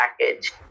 package